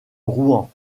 rouen